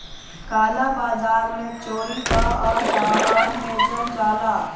काला बाजार में चोरी कअ सामान बेचल जाला